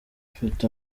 mfite